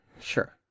sure